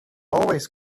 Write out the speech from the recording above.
always